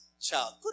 child